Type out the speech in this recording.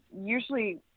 usually